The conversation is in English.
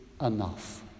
enough